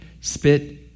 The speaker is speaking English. spit